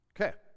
Okay